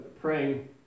praying